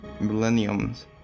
millenniums